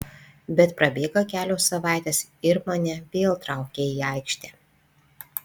bet prabėga kelios savaitės ir mane vėl traukia į aikštę